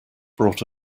brought